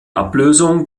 ablösung